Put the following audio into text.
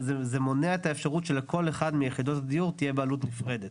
זה מונע את האפשרות שלכל אחת מיחידות הדיור תהיה בעלות נפרדת.